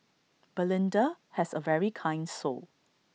belinda has A very kind soul